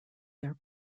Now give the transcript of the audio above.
their